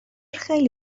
خیلی